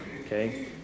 Okay